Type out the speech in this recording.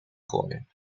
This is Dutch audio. gooien